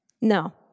No